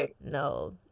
no